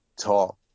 talk